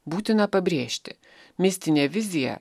būtina pabrėžti mistinė vizija